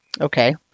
Okay